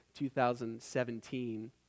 2017